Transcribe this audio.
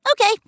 Okay